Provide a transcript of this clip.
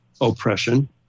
oppression